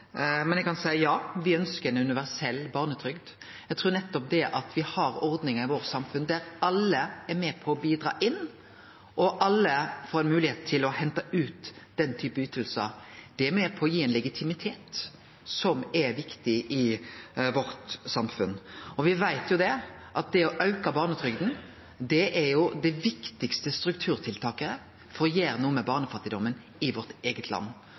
men eg kan seie at ja, me ønskjer ei universell barnetrygd. Eg trur at nettopp det at me har ordningar i samfunnet vårt som alle er med på å bidra til, og at alle får høve til å hente ut den typen ytingar, er med på å gi ein legitimitet som er viktig i samfunnet vårt. Og me veit at det å auke barnetrygda er det viktigaste strukturtiltaket for å gjere noko med barnefattigdomen i vårt eige land.